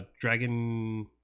Dragon